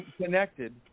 connected